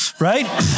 Right